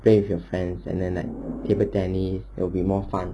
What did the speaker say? play with your friends and then like table tennis it'll be more fun